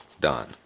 done